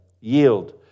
Yield